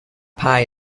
pie